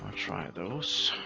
try those.